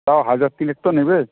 তাও হাজার তিনেক তো নেবে